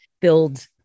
build